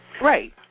Right